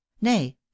nay